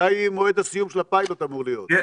מתי מועד הסיום של הפיילוט אמור להיות?